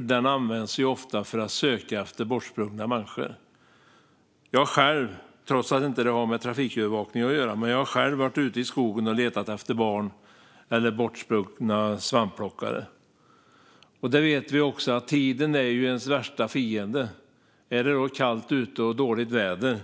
Den används ofta för att söka efter människor som har gått vilse. Trots att det inte har med trafikövervakning att göra har jag själv varit ute i skogen och letat efter barn eller svampplockare. Vi vet också att tiden är ens värsta fiende. Är det kallt ute och dåligt väder